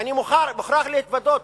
ואני מוכרח להתוודות,